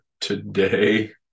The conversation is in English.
today